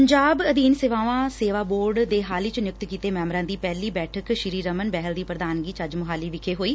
ਪੰਜਾਬ ਅਧੀਨ ਸੇਵਾਵਾਂ ਸੇਵਾ ਬੋਰਡ ਦੇ ਹਾਲ ਹੀ ਚ ਨਿਯੁਕਤ ਕੀਤੇ ਮੈਬਰਾਂ ਦੀ ਪਹਿਲੀ ਬੈਠਕ ਸ੍ਰੀ ਰਮਨ ਬਹਿਲ ਦੀ ਪ੍ਰਧਾਨਗੀ ਚ ਅੱਜ ਮੋਹਾਲੀ ਵਿਖੇ ਹੋਈ